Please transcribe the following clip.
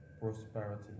prosperity